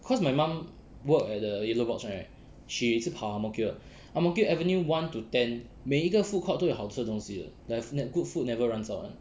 cause my mum work at the yellow box right she 也是跑 ang mo kio 的 ang mo kio avenue one to ten 每一个 foodcourt 都有好吃的东西的 definite good food never runs out [one]